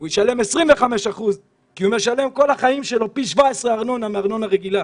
הוא ישלם 25% כי הוא משלם כל החיים שלו פי 17 ארנונה מארנונה רגילה,